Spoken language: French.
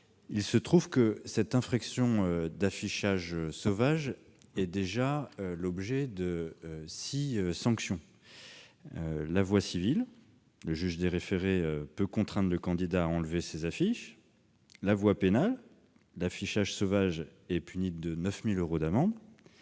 Il se trouve que cette infraction d'affichage sauvage fait déjà l'objet de six sanctions : la voie civile, le juge des référés peut contraindre le candidat à enlever ses affiches ; la voie pénale, l'affichage sauvage est puni de 9 000 euros d'amende